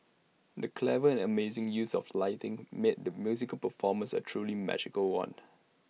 the clever and amazing use of lighting made the musical performance A truly magical one